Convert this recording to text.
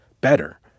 better